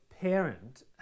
parent